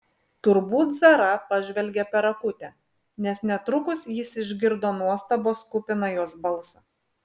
turbūt zara pažvelgė per akutę nes netrukus jis išgirdo nuostabos kupiną jos balsą